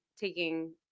taking